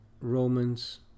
Romans